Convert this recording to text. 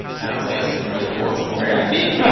i know today's has been really cool. it's been very unique,